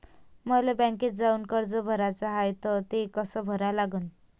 मले बँकेत जाऊन कर्ज भराच हाय त ते कस करा लागन?